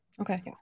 Okay